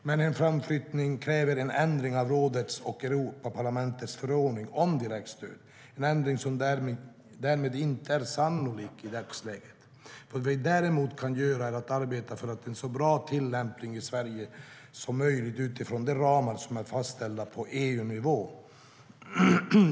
Men en framflyttning kräver en ändring av rådets och Europaparlamentets förordning om direktstöd, en ändring som inte är sannolik i dagsläget. Vad vi däremot kan göra är att arbeta för en så bra tillämpning i Sverige som möjligt utifrån de ramar som är fastställda på EU-nivå.